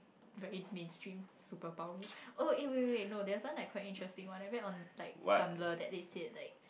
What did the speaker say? very mainstream superpower oh eh wait wait wait no there was one like quite interesting one I read on like Tumblr that they said like